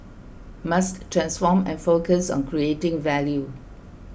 must transform and focus on creating value